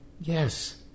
yes